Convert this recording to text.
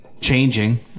changing